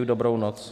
Dobrou noc?